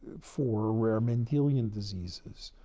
for rare mendelian diseases,